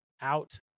out